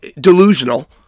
delusional